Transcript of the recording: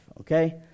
okay